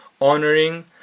honoring